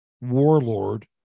warlord